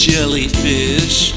Jellyfish